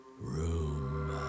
room